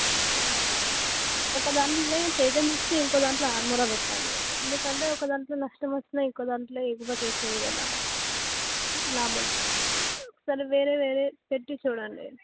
ఒక దాంట్లోనే తేజ మిర్చి ఇంకో దాంట్లో ఆర్మొరా పెట్టండి ఎందుకంటే ఒక దాంట్లో నష్టం వచ్చినా ఇంకో దాంట్లో ఎగుమతి వస్తుంది కదా లాభం సరే వేరే వేరే పెట్టి చూడండి